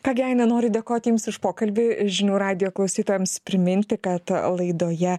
ką gi aina noriu dėkoti jums už pokalbį žinių radijo klausytojams priminti kad laidoje